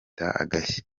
agashyi